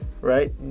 right